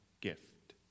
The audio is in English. gift